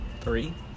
three